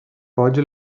pode